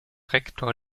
rektor